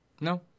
No